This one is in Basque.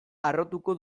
harrotuko